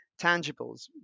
tangibles